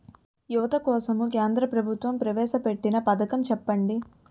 యువత కోసం కేంద్ర ప్రభుత్వం ప్రవేశ పెట్టిన పథకం చెప్పండి?